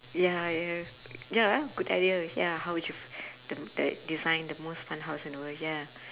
ya ya ya good ideas ya how would you d~ d~ design the most fun house in the world ya